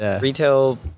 retail